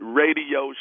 radio